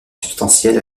substantiel